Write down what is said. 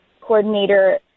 coordinator